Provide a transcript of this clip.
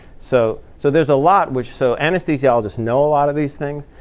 so so there's a lot which so anesthesiologists know a lot of these things,